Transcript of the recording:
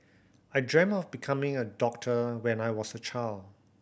I dreamt of becoming a doctor when I was a child